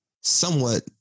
somewhat